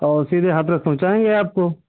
और सीधे हाथरस पहुंचाएंगे आपको